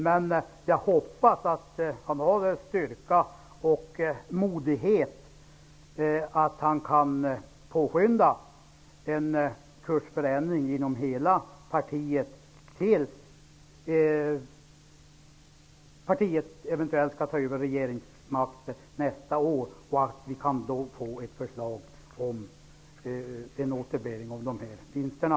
Men jag hoppas att han kan ha styrka och mod att påskynda en kursändring inom hela partiet tills partiet eventuellt skall ta över regeringsmakten nästa år och att det då kan komma ett förslag om återbäring av vinsterna.